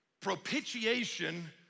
Propitiation